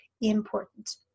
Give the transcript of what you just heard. important